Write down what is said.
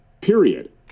period